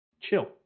Chill